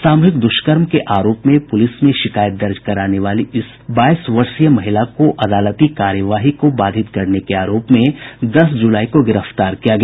सामूहिक दुष्कर्म के आरोप में पुलिस में शिकायत दर्ज कराने वाली इस बाईस वर्षीय महिला को अदालती कार्यवाही को बाधित करने के आरोप में दस जुलाई को गिरफ्तार किया गया